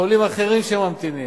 חולים אחרים שממתינים,